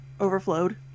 overflowed